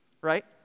right